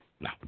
No